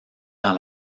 dans